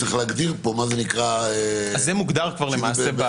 צריך להגדיר פה מה זה נקרא "שינוי בסיכון"